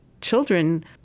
children